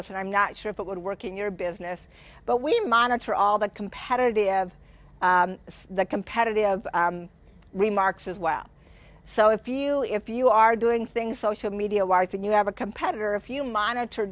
us and i'm not sure if it would work in your business but we monitor all the competitive competitive remarks as well so if you if you are doing things social media wise and you have a competitor if you monitor